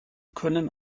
können